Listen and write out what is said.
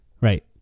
Right